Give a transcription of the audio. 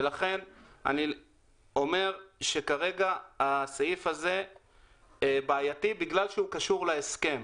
ולכן אני אומר שכרגע הסעיף הזה בעייתי בגלל שהוא קשור להסכם.